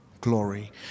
glory